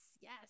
yes